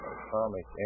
atomic